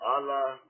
Allah